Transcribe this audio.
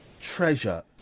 treasure